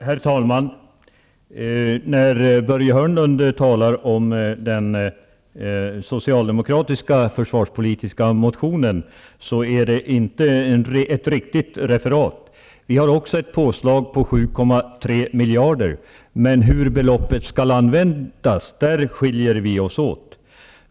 Herr talman! Börje Hörnlunds referat av den socialdemokratiska försvarspolitiska motionen är inte riktigt. Vi har också ett påslag på 7,3 miljarder, men våra förslag skiljer sig i fråga om hur beloppet skall användas.